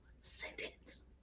sentence